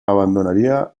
abandonaría